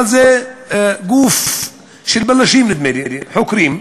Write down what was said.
אבל זה גוף של בלשים, נדמה לי, חוקרים.